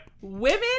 women